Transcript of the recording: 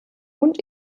und